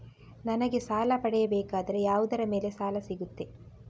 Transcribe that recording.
ನನಗೆ ಸಾಲ ಪಡೆಯಬೇಕಾದರೆ ಯಾವುದರ ಮೇಲೆ ಸಾಲ ಸಿಗುತ್ತೆ?